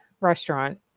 restaurant